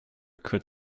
could